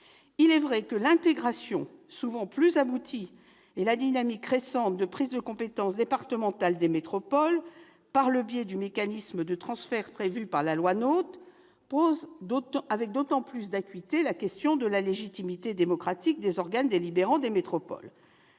Il est vrai que l'intégration souvent plus aboutie et la dynamique récente de prise de compétences départementales des métropoles, par le biais du mécanisme de transfert prévu par la loi NOTRe, posent avec d'autant plus d'acuité la question de la légitimité démocratique des organes délibérants des métropoles.